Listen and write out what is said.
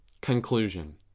Conclusion